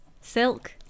Silk